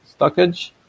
stockage